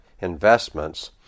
Investments